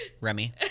Remy